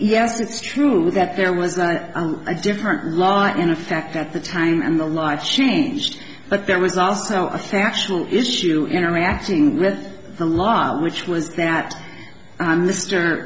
yes it's true that there was a different law in effect at the time and the life changed but there was also a factual issue interacting with the law which was that mr